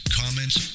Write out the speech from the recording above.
comments